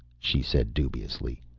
she said dubiously,